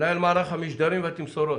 מנהל מערך המשדרים והתמסורות.